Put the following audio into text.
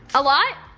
a lot?